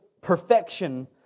perfection